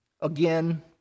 again